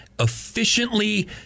efficiently